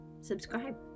subscribe